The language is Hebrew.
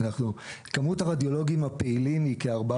כמות הרדיולוגים הפעילים היא כ-450.